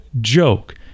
joke